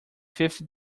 fifth